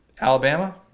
Alabama